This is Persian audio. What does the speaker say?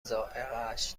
ذائقهاش